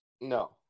No